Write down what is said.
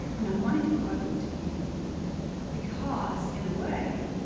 and i wanted to quote them to you because, in a way,